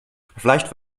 vielleicht